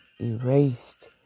erased